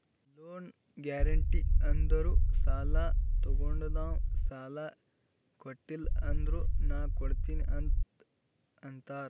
loan guarantee ಅಂದುರ್ ಸಾಲಾ ತೊಗೊಂಡಾವ್ ಸಾಲಾ ಕೊಟಿಲ್ಲ ಅಂದುರ್ ನಾ ಕೊಡ್ತೀನಿ ಅಂತ್ ಅಂತಾರ್